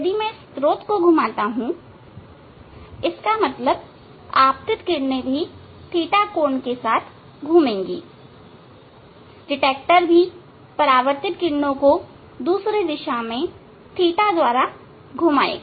यदि मैं स्त्रोत को घुमाता हूं इसका मतलब आपतित किरणें भी ɵ कोण के साथ घूमेंगे detetor भी परावर्तित किरणों को दूसरी दिशा में ɵ द्वारा को घुमाएगा